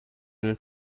and